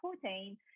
protein